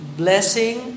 blessing